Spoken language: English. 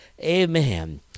amen